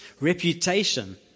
reputation